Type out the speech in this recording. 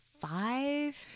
five